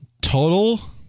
Total